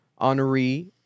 honoree